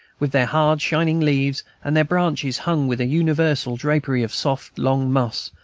with their hard, shining leaves, and their branches hung with a universal drapery of soft, long moss,